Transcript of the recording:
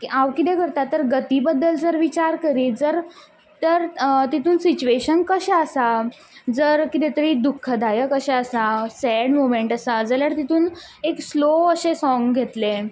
हांव कितें करता तर गती बद्दल जर विचार करीत जर तर हांव तितून सिच्युएशन कशें आसा जर कितें तरी दुख्खदायक अशें आसा सॅड मुवमेंट आसा जाल्यार तितून एक स्लो अशें सोंग घेतलें